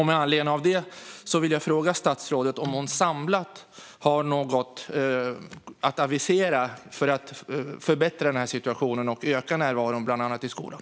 Med anledning av det vill jag fråga statsrådet om hon samlat har något att avisera för att förbättra situationen och bland annat öka närvaron i skolan.